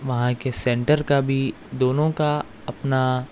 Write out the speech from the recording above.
وہاں کے سینٹر کا بھی دونوں کا اپنا